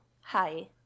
hi